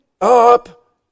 up